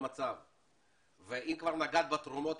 אם כבר נגעת בתרומות,